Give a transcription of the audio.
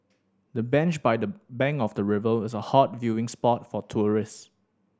the bench by the bank of the river is a hot viewing spot for tourists